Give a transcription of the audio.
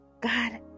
God